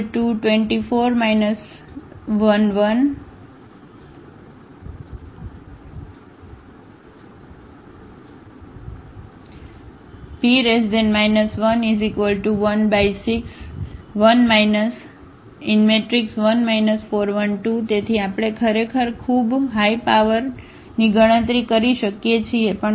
Take તો લ્યો P2 4 1 1 P 1161 4 1 2 તેથી આપણે ખરેખર ખૂબ હાઈ પાવરની ગણતરી કરી શકીએ છીએ